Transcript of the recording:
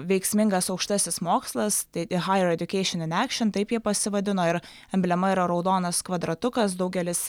veiksmingas aukštasis mokslas tai haje edjukeišin in ekšin taip jie pasivadino ir emblema yra raudonas kvadratukas daugelis